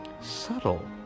subtle